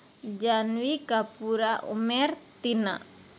ᱡᱟᱱᱵᱤ ᱠᱟᱹᱯᱩᱨᱟᱜ ᱩᱢᱮᱨ ᱛᱤᱱᱟᱹᱜ